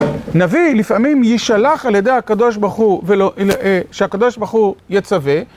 נביא לפעמים יישלח על ידי הקדוש ברוך הוא... שהקדוש ברוך הוא יצווה